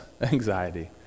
anxiety